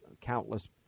countless